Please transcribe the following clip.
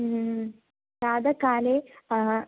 प्रातःकाले